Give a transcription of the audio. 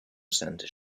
center